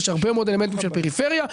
הרבה מאוד אלמנטים של פריפריה.